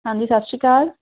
ਹਾਂਜੀ ਸਤਿ ਸ਼੍ਰੀ ਅਕਾਲ